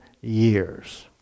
years